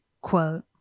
quote